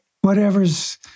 whatever's